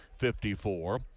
54